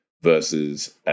versus